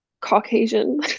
Caucasian